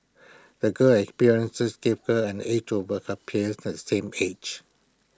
the girl experiences gave her an edge over her peers can same age